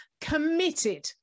committed